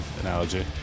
analogy